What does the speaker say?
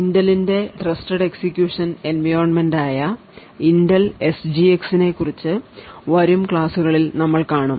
ഇന്റലിന്റെ trusted execution എൻവയോൺമെന്റായ Intel S G X നെ കുറിച്ച് വരും ക്ലാസ്സുകളിൽ നമ്മൾ കാണും